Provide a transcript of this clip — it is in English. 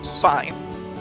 Fine